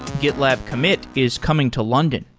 gitlab commit is coming to london.